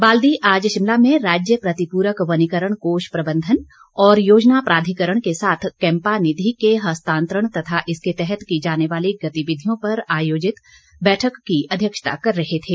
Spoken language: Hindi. बाल्दी आज शिमला में राज्य प्रतिपूरक वनीकरण कोष प्रबंधन और योजना प्राधिकरण के साथ कैम्पा निधि के हस्तांतरण तथा इसके तहत की जाने वाली गतिविधियों पर आयोजित बैठक की अध्यक्षता कर रहे थे